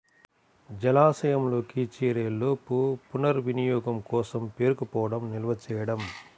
జలాశయంలోకి చేరేలోపు పునర్వినియోగం కోసం పేరుకుపోవడం నిల్వ చేయడం